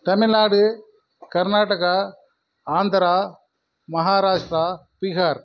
Tamil Nadu Karnataka Andhra Maharashtra Bihar